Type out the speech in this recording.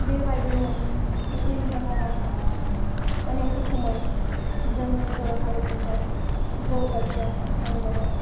बेबायदिनो उपेन्द्र' नाथआ अनेक रोखोमै जोंनि बर' हारिखौहाय जौगाथियाव फसंबोदों